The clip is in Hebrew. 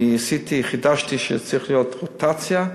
אני חידשתי שצריכה להיות רוטציה,